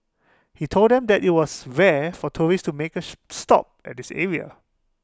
he told them that IT was rare for tourists to make A stop at this area